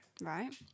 Right